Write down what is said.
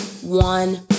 one